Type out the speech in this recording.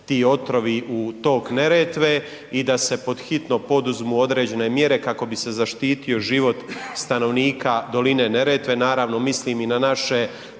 ti otrovi u tok Neretve i da se pod hitno poduzmu određene mjere kako bi se zaštitio život stanovnika doline Neretve, naravno mislim i na naše